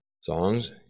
Songs